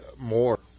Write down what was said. more